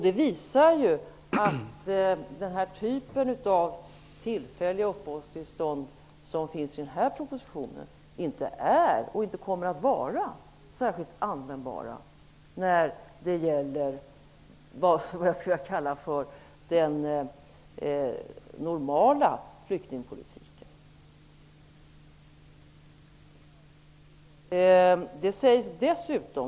Det visar att den typen av tillfälliga uppehållstillstånd som nämns i propositionen inte är och inte kommer att vara särskilt användbar när det gäller den -- som jag skulle vilja kalla det -- normala flyktingpolitiken.